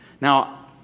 now